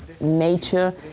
nature